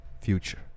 Future